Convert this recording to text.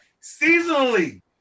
seasonally